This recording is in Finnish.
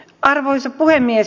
arvoisa puhemies